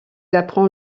apprend